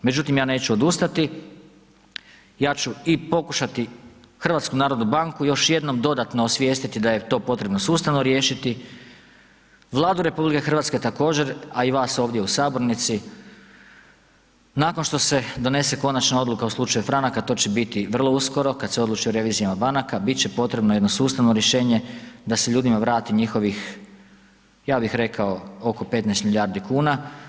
Međutim, ja neću odustati, ja ću i pokušati HNB još jednom dodatno osvijestiti da je to potrebno sustavno riješiti, Vladu RH također a i vas ovdje u sabornici nakon što se donese konačna odluka u slučaju Franak a to će biti vrlo uskoro, kada se odluči o revizijama banaka, biti će potrebno jedno sustavno rješenje da se ljudima vrati njihovih, ja bih rekao oko 15 milijardi kuna.